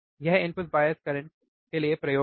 तो यह input bias current के लिए एक प्रयोग है